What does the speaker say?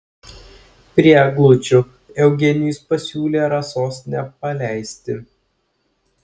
prie eglučių eugenijus pasiūlė rasos nepaleisti